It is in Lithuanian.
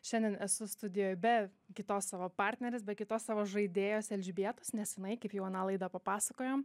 šiandien esu studijoj be kitos savo partnerės be kitos savo žaidėjos elžbietos nes jinai kaip jau aną laidą papasakojom